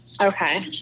Okay